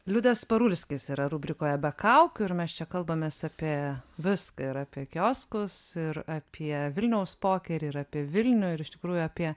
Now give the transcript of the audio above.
liudas parulskis yra rubrikoje be kaukių ir mes čia kalbamės apie viską ir apie kioskus ir apie vilniaus pokerį ir apie vilnių ir iš tikrųjų apie